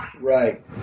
Right